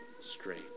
straight